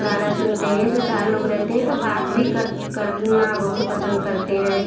गाना सुनते हैं दो चार लोग रहते हैं तो बात भी कर कर ना बहुत पसंद करते हैं